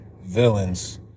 Villains